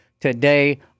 today